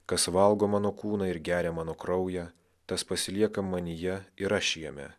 kas valgo mano kūną ir geria mano kraują tas pasilieka manyje ir aš jame